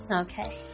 Okay